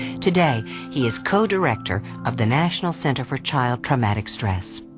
today he is co-director of the national center for child traumatic stress.